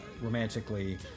romantically